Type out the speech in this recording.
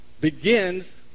Begins